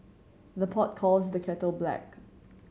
the pot calls the kettle black